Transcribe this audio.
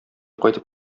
кайтып